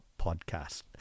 podcast